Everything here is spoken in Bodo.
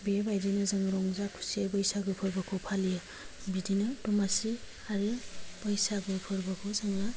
बेबायदिनो जों रंजा खुसियै बैसागु फोर्बोखौ फालियो बिदिनो दमासि आरो बैसागु फोर्बोखौ जोङो